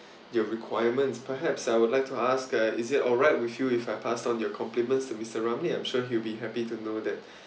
your requirements perhaps I would like to ask uh is it alright with you if I pass on your compliments to mister ramly I'm sure he'll be happy to know that